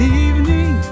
evening